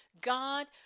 God